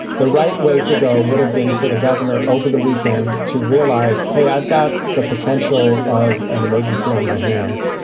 the right way to go would have been for the governor over the weekend to realize, hey, i've got the potential of an emergency on my hands.